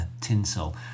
tinsel